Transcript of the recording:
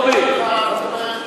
רובי,